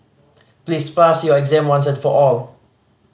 please pass your exam once and for all